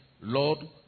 Lord